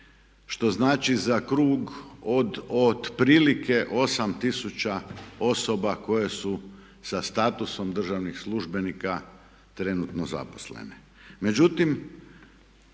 što znači za krug od otprilike 8 tisuća osoba koje su sa statusom državnih službenika trenutno zaposlene.